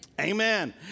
Amen